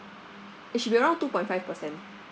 it should be around two point five percent